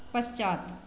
पश्चात्